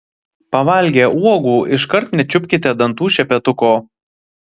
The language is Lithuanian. pavalgę uogų iškart nečiupkite dantų šepetuko